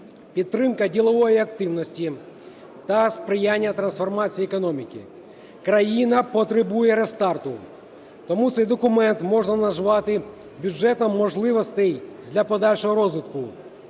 підтримка ділової активності та сприяння трансформації економіки. Країна потребує рестарту. Тому цей документ можна назвати бюджетом можливостей для подальшого розвитку,